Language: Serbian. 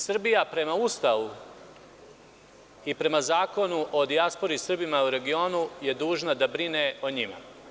Srbija prema Ustavu i prema Zakonu o dijaspori sa Srbima u regionu je dužna da brine o njima.